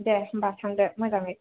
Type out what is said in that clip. दे होनबा थांदो मोजाङै